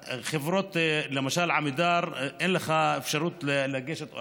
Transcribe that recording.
חברות, למשל, עמידר או מילגם, אין לך אפשרות לגשת.